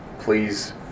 Please